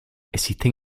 existen